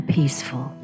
peaceful